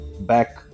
Back